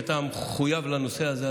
כי אתה מחויב לנושא הזה,